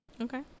Okay